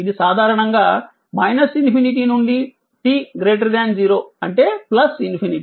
ఇది సాధారణంగా ∞ నుండి t 0 అంటే ∞